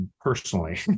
personally